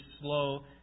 slow